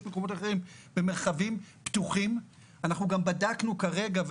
אנחנו גם בדקנו כרגע,